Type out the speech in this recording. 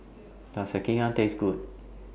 Does Sekihan Taste Good